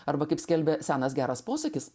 arba kaip skelbia senas geras posakis